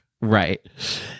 Right